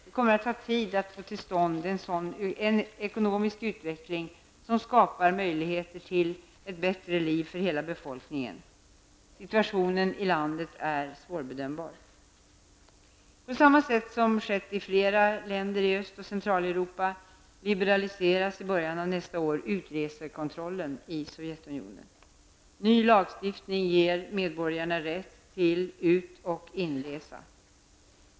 Det kommer att ta tid att få till stånd en ekonomisk utveckling som skapar möjligheter till ett bättre liv för hela befolkningen. Situationen i landet är svårbedömbar. På samma sätt som skett i flera länder i Öst och Centraleuropa liberaliseras i början av nästa år utresekontrollen i Sovjetunionen. Ny lagstiftning ger medborgarna rätt till ut och inresa.